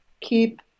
keep